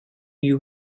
you